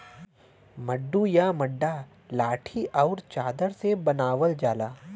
मड्डू या मड्डा लाठी आउर चादर से बनावल जाला